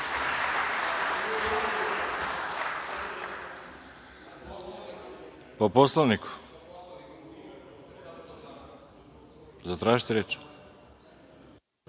Po Poslovniku? Zatražite reč.